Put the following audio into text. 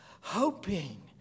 hoping